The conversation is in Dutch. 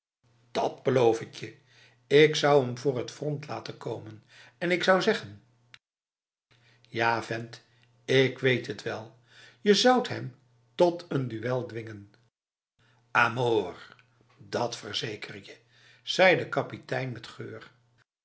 dat beloof ik je ik zou hem voor het front laten komen en ik zou zeggen ja vent ik weet het wel je zoudt hem tot een duel dwingen a mort dat verzeker ik je zei de kapitein met geur